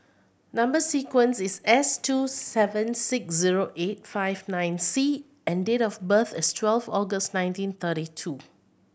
number sequence is S two seven six zero eight five nine C and date of birth is twelve August nineteen thirty two